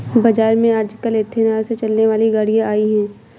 बाज़ार में आजकल एथेनॉल से चलने वाली गाड़ियां आई है